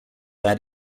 add